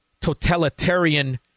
totalitarian